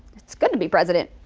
it's good to be president.